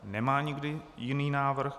Nemá nikdo jiný návrh.